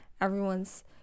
everyone's